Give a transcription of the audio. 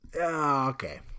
Okay